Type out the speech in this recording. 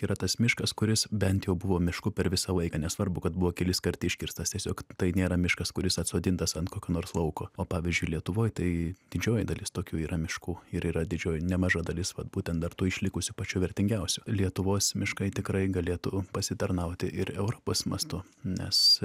yra tas miškas kuris bent jau buvo mišku per visą laiką nesvarbu kad buvo keliskart iškirstas tiesiog tai nėra miškas kuris atsodintas ant kokio nors lauko o pavyzdžiui lietuvoj tai didžioji dalis tokių yra miškų ir yra didžioji nemaža dalis vat būtent dar tų išlikusių pačių vertingiausių lietuvos miškai tikrai galėtų pasitarnauti ir europos mastu nes